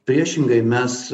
priešingai mes